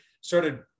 started